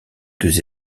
deux